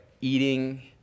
eating